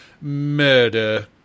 murder